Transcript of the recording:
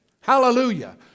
Hallelujah